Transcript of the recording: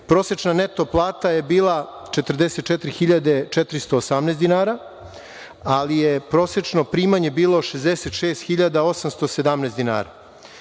Prosečna neto plata je bila 44.418 dinara, ali je prosečno primanje bilo 66.817 dinara.